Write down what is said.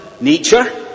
nature